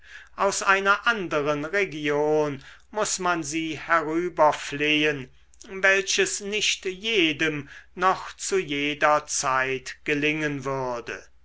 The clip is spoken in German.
aus einer anderen region muß man sie herüberflehen welches nicht jedem noch zu jeder zeit gelingen würde